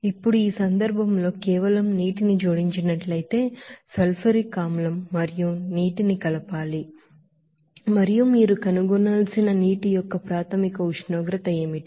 ఇప్పుడు ఈ సందర్భంలో కేవలం నీటిని జోడించినట్లయితే సల్ఫ్యూరిక్ ಆಸಿಡ್ మరియు నీటిని కలపాలి మరియు మీరు కనుగొనాల్సిన నీటి యొక్క ప్రాథమిక ఉష్ణోగ్రత ఏమిటి